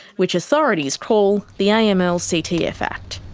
which authorities call the aml ctf act.